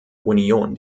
union